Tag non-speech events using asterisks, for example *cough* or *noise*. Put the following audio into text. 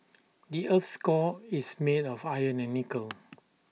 the Earth's core is made of iron and nickel *noise*